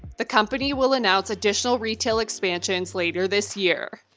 the company will announce additional retail expansions later this year.